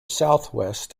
southwest